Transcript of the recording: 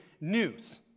news